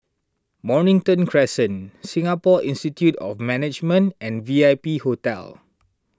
Mornington Crescent Singapore Institute of Management and V I P Hotel